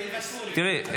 תראי,